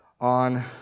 on